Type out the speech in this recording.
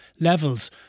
levels